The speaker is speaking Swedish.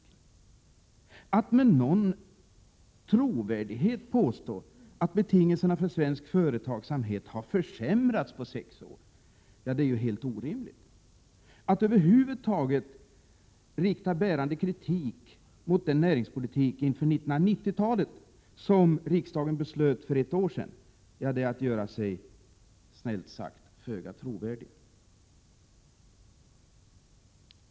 Hur skall man med någon trovärdighet kunna påstå att betingelserna för svensk företagsamhet har försämrats på sex år? Det är ju helt omöjligt. Att över huvud taget rikta bärande kritik mot den näringspolitik inför 1990-talet som riksdagen fattade beslut om för ett år sedan är att göra sig — snällt sagt — föga trovärdig.